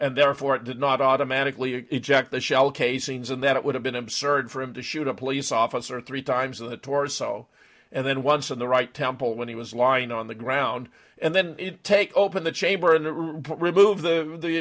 and therefore it did not automatically eject the shell casings and that it would have been absurd for him to shoot a police officer three times in the torso and then once in the right temple when he was lying on the ground and then take open the chamber and remove the the